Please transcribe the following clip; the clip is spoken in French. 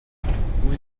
vous